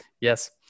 Yes